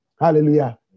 hallelujah